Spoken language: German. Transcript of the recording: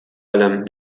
allem